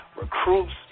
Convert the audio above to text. recruits